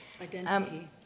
Identity